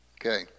Okay